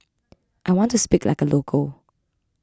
I want to speak like a local